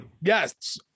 Yes